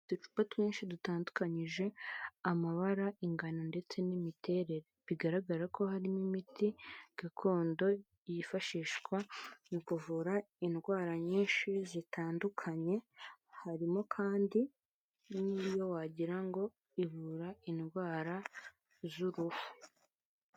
Uducupa twinshi dutandukanyije amabara, ingano ndetse n'imiterere, bigaragara ko harimo imiti gakondo yifashishwa mu kuvura indwara nyinshi zitandukanye, harimo kandi n'iyo wagira ngo ivura indwara z'uruhu.